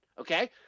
okay